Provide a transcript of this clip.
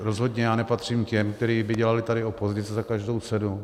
Rozhodně já nepatřím k těm, kteří by dělali tady opozici za každou cenu.